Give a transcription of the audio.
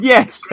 Yes